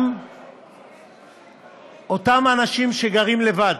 גם אותם אנשים שגרים לבד,